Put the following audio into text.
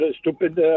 stupid